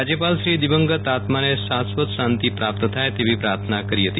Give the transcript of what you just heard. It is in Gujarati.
રાજયપાલશ્રીએ દિવગંત આત્માને શાશ્વત શાંતિ પ્રાપ્ત થાય તેવી પ્રાર્થના કરી હતી